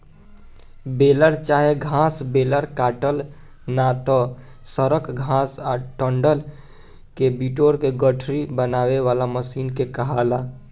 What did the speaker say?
baler चाहे घास baler काटल ना त सड़ल घास आ डंठल के बिटोर के गठरी बनावे वाला मशीन के कहाला